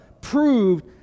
proved